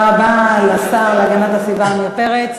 תודה רבה לשר להגנת הסביבה עמיר פרץ.